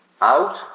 out